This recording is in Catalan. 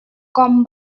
com